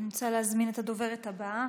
אני רוצה להזמין את הדוברת הבאה,